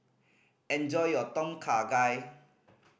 enjoy your Tom Kha Gai